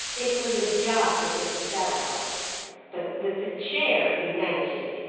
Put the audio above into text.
it was a job to get the saddle on but with the chair he managed it.